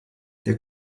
der